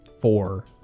Four